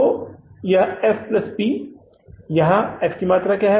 तो यह F plus P है यहां एफ की मात्रा क्या है